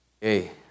Hey